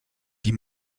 die